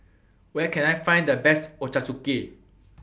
Where Can I Find The Best Ochazuke